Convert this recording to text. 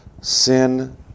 sin